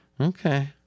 Okay